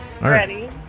Ready